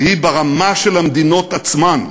והיא ברמה של המדינות עצמן.